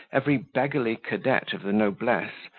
every beggarly cadet of the noblesse,